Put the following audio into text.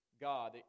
God